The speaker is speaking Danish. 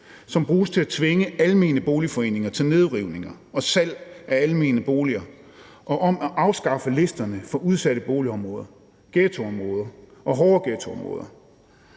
som bruges til at tvinge almene boligforeninger til nedrivning og salg af almene boliger, og om at afskaffe listerne for udsatte boligområder, ghettoområder og hårde ghettoområder.